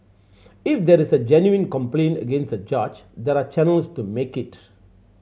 if there is a genuine complaint against the judge there are channels to make it